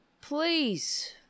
Please